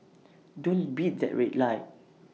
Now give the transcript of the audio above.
don't beat that red light